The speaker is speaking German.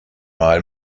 mal